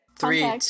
Three